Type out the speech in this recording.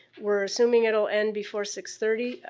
we're assuming it'll end before six thirty.